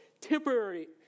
temporary